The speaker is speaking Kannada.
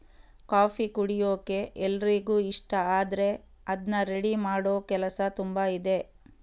ಕಾಫಿ ಕುಡಿಯೋಕೆ ಎಲ್ರಿಗೂ ಇಷ್ಟ ಆದ್ರೆ ಅದ್ನ ರೆಡಿ ಮಾಡೋ ಕೆಲಸ ತುಂಬಾ ಇದೆ